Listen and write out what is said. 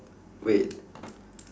wait